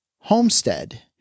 homestead